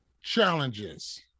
challenges